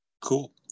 Cool